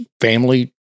family